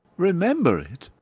remember it!